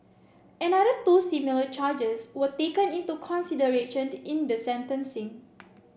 another two similar charges were taken into consideration in the sentencing